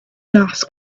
gas